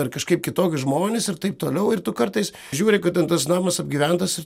ar kažkaip kitokie žmonės ir taip toliau ir tu kartais žiūri kad ten tas namas apgyventas ir